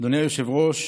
אדוני היושב-ראש,